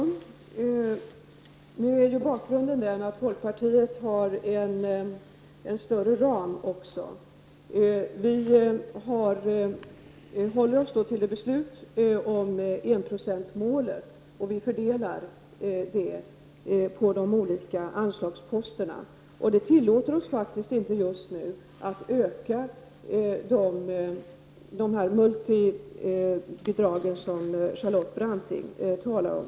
Herr talman! Bakgrunden är ju att folkpartiet också har en vidare ram. Vi håller oss till beslutet om enprocentsmålet, och vi fördelar det på de olika anslagsposterna. Detta tillåter oss faktiskt inte just nu att öka de multilaterala bidragen, som Charlotte Branting nu talar om.